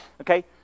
Okay